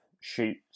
shoots